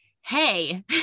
Hey